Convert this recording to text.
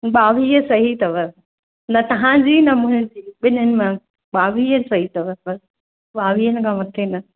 ॿावीह सही अथव न तव्हांजी न मुंहिंजी ॿिन्हिनि मां ॿावीह सही अथव ॿावीह हिन खां मथे न